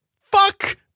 Fuck